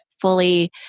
fully